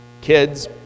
kids